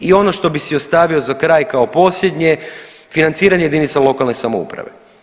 I ono što bi si ostavio za kraj kao posljednje, financiranje jedinica lokalne samouprave.